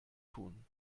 tun